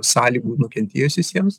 sąlygų nukentėjusiesiems